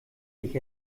ich